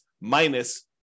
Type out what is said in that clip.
minus